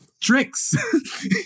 Tricks